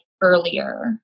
earlier